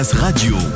Radio